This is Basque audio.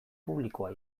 publikoa